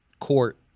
court